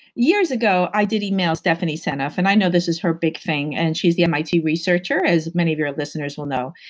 years ago, i did email stephanie seneff and i know this is her big thing and she's the mit researcher, as many of your listeners will know.